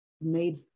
made